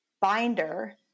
binder